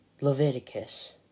Leviticus